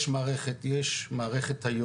יש מערכת היום